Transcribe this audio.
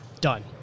done